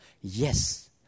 Yes